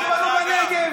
לא בנו בנגב,